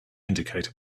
indicator